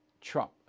Trump